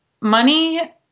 money